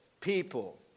people